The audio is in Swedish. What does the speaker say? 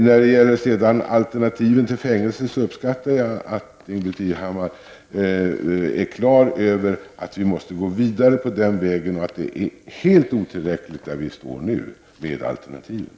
När det gäller alternativ till fängelse uppskattar jag att Ingbritt Irhammar är på det klara med att vi måste gå vidare på den vägen och att de alternativ som finns i dag är helt otillräckliga.